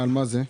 על מה זה?